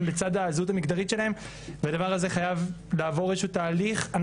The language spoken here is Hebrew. לצד הזהות המגדרית שלהם והדבר הזה חייב לעבור איזה שהוא תהליך.